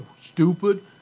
stupid